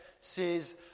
says